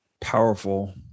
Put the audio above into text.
Powerful